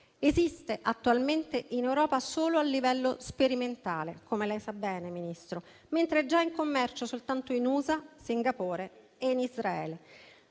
esiste attualmente in Europa solo a livello sperimentale, come lei sa bene, Ministro, mentre è già in commercio soltanto in USA, Singapore e in Israele.